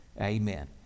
Amen